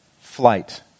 flight